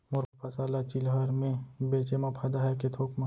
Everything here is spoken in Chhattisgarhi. मोर फसल ल चिल्हर में बेचे म फायदा है के थोक म?